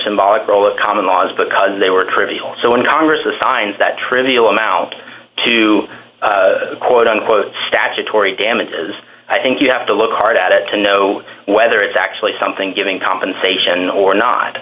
symbolic role of common laws because they were trivial so in congress the signs that trivial amount to quote unquote statutory damages i think you have to look hard at it to know whether it's actually something giving compensation or not